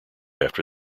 after